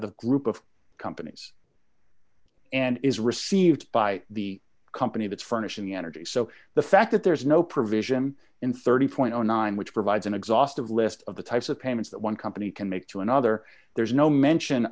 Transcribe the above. the group of companies and is received by the company of its furnishing energy so the fact that there is no provision in thirty point zero nine which provides an exhaustive list of the types of payments that one company can make to another there's no mention